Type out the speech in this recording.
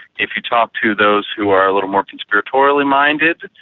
if you talk to those who are little more conspiratorially minded,